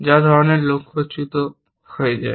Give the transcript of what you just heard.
যা ধরনের লক্ষ্যচ্যুত হয়ে যায়